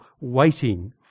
waiting